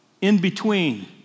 In-between